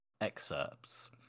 excerpts